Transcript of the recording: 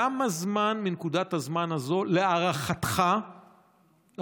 כמה זמן מנקודת הזמן הזו להערכתך אנחנו